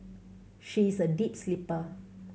she is a deep sleeper